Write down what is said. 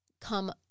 come